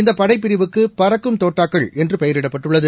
இந்த படைப் பிரிவுக்கு பறக்கும் தோட்டாக்கள் என்று பெயரிடப்பட்டுள்ளது